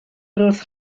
roedd